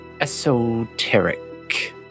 esoteric